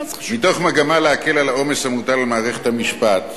מתוך מגמה להקל על העומס המוטל על מערכת המשפט,